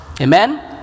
Amen